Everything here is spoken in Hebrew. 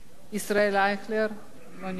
ישראל אייכלר, לא נמצא,